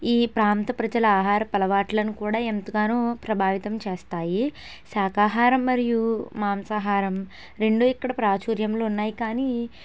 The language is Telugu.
ఈ ప్రాంత ప్రజల ఆహారపు అలవాట్లను కూడా ఎంతగానో ప్రభావితం చేస్తాయి శాఖాహారం మరియు మాంసాహారం రెండూ ఇక్కడ ప్రాచుర్యంలో ఉన్నాయి కానీ